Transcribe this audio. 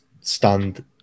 stand